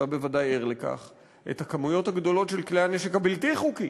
אתה בוודאי ער לכך שאת הכמויות הגדולות של כלי הנשק הבלתי-חוקיים